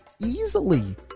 easily